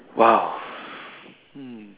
!wow!